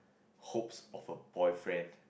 hopes of a boyfriend